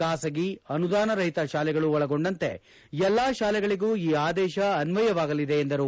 ಖಾಸಗಿ ಅನುದಾನರಹಿತ ಶಾಲೆಗಳು ಒಳಗೊಂಡಂತೆ ಎಲ್ಲಾ ಶಾಲೆಗಳಿಗೂ ಈ ಆದೇಶ ಅನ್ವಯವಾಗಲಿದೆ ಎಂದರು